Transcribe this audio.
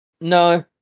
No